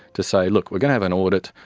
to say, look, we're going to have an audit,